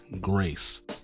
grace